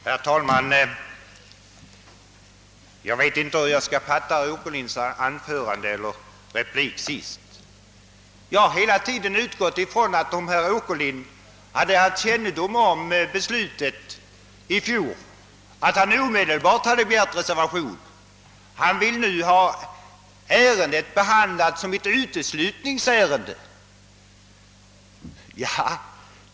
Herr talman! Jag vet inte hur jag skall uppfatta herr Åkerlinds replik. Hela tiden har jag utgått ifrån att herr Åkerlind, om han hade haft kännedom om beslutet i fjol, omedelbart skulle ha begärt reservation. Han vill nu. ha ärendet behandlat som ett uteslutningsärende.